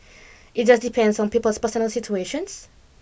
it just depends on people's personal situations